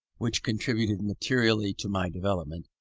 which contributed materially to my development,